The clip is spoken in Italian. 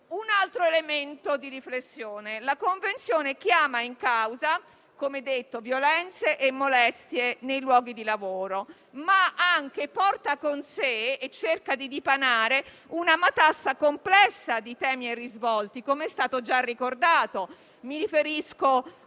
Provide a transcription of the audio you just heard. Un altro elemento di riflessione: la Convenzione chiama in causa violenze e molestie nei luoghi di lavoro, ma porta con sé e cerca di dipanare anche una matassa complessa di temi e risvolti, come è stato già ricordato. Mi riferisco al